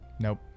Nope